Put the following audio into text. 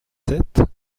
sept